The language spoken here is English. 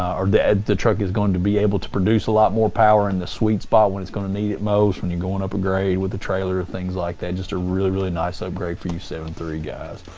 um or the the truck is going to be able to produce a lot more power in the sweet spot when it's going to need it most when you're going up a grade with the trailer or things like that. just a really, really nice upgrade for you seven three guys.